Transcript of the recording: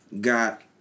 got